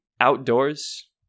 outdoors